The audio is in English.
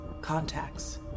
contacts